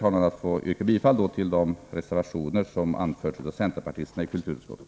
Jag ber att få yrka bifall till de reservationer som avgivits av centerpartisterna i kulturutskottet.